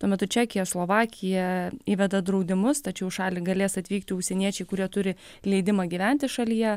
tuo metu čekija slovakija įveda draudimus tačiau į šalį galės atvykti užsieniečiai kurie turi leidimą gyventi šalyje